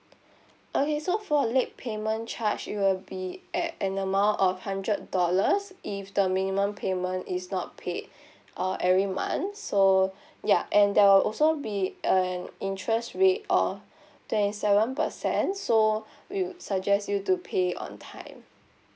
okay so for a late payment charge it will be at an amount of hundred dollars if the minimum payment is not paid or every month so yup and there will also be an interest rate of twenty seven percent so we'll suggest you to pay on time